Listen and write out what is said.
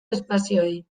espazioei